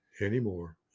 anymore